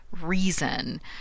reason